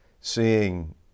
seeing